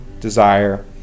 desire